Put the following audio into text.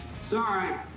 sorry